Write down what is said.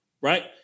right